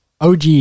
OG